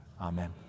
Amen